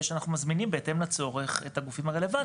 אנחנו מזמינים בהתאם לצורך את הגופים הרלוונטיים.